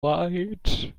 weit